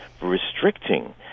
restricting